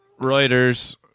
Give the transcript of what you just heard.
Reuters